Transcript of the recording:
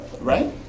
Right